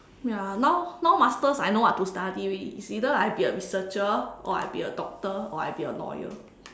ya now now masters I know what to study already it's either I be a researcher or I be a doctor or I be a lawyer